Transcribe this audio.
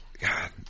God